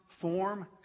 form